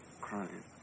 Crying